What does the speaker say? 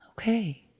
Okay